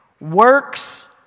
works